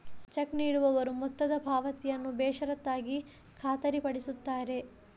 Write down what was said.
check ನೀಡುವವರು ಮೊತ್ತದ ಪಾವತಿಯನ್ನು ಬೇಷರತ್ತಾಗಿ ಖಾತರಿಪಡಿಸುತ್ತಾರೆ